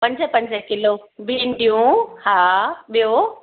पंज पंज किलो भिंडियूं हा ॿियो